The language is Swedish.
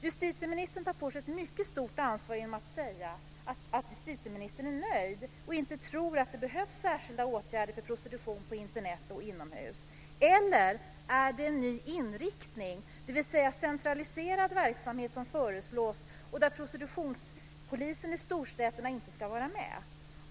Justitieministern tar på sig ett mycket stort ansvar genom att säga att han är nöjd och inte tror att det behövs särskilda åtgärder för prostitutionen på Internet och inomhus. Eller är det en ny inriktning, dvs. centraliserad verksamhet, som föreslås, där prostitutionspolisen i storstäderna inte ska vara med?